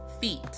feet